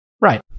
Right